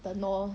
等 lor